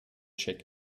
check